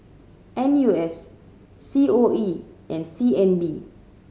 N U S C O E and C N B